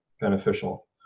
beneficial